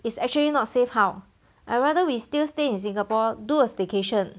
it's actually not safe how I rather we still stay in singapore do a staycation